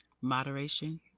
Moderation